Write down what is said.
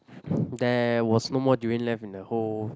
there was no more durian left in the whole